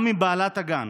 גם אם בעלת הגן